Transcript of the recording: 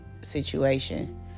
situation